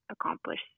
accomplish